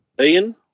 Ian